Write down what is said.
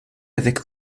avec